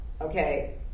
okay